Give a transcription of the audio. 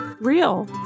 real